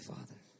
Father